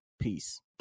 peace